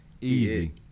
Easy